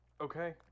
Okay